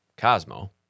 Cosmo